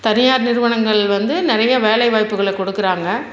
தனியார் நிறுவனங்கள் வந்து நிறைய வேலைவாய்ப்புகள் கொடுக்குறாங்க